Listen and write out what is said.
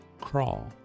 crawl